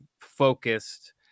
focused